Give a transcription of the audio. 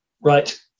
right